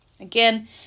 Again